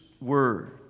word